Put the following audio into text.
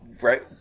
right